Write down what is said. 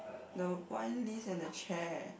the wine list and the chair